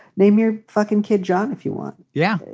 name your fucking kid, john. if you want. yeah.